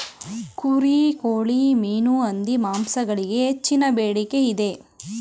ಕುರಿ, ಕೋಳಿ, ಮೀನು, ಹಂದಿ ಮಾಂಸಗಳಿಗೆ ಹೆಚ್ಚಿನ ಬೇಡಿಕೆ ಇದೆ